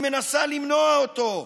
היא מנסה למנוע אותו.